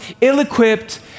ill-equipped